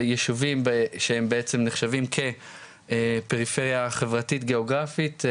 ליישובים שהם בעצם נחשבים כפריפריה חברתית-גיאוגרפית.